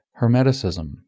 hermeticism